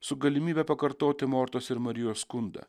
su galimybe pakartoti mortos ir marijos skundą